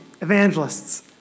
Evangelists